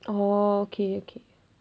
oh okay okay